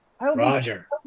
Roger